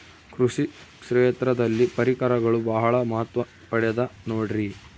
ಕೃಷಿ ಕ್ಷೇತ್ರದಲ್ಲಿ ಪರಿಕರಗಳು ಬಹಳ ಮಹತ್ವ ಪಡೆದ ನೋಡ್ರಿ?